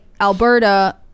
Alberta